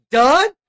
done